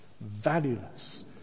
valueless